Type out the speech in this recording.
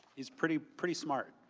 is pretty pretty smart.